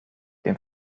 dem